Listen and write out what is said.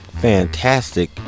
fantastic